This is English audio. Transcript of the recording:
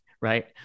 right